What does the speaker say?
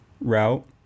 route